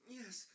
yes